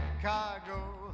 Chicago